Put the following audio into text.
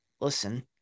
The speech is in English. listen